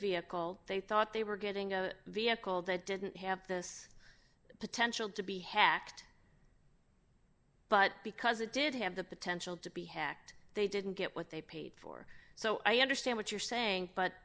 vehicle they thought they were getting a vehicle that didn't have this potential to be hacked but because it did have the potential to be hacked they didn't get what they paid for so i understand what you're saying but